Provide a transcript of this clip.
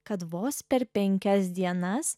kad vos per penkias dienas